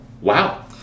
wow